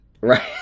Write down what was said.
Right